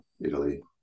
Italy